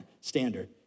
standard